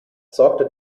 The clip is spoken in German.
sorgte